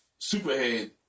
Superhead